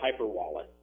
HyperWallet